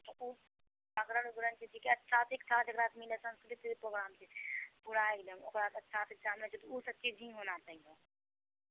जागरण उगरण छै अच्छा शिक्षा जकरासँ मिलै सांस्कृतिक प्रोग्राम छी ओकरासँ अच्छा शिक्षा मिलैत छै तऽ ओ सब चीज ही होना चाही